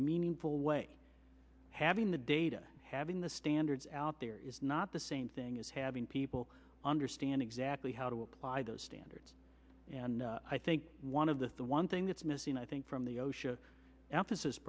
meaningful way having the data having the standards out there is not the same thing as having people understand exactly how to apply those standards and i think one of the the one thing that's missing i think from the o